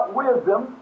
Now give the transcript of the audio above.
wisdom